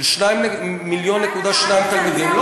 של 1.2 מיליון תלמידים.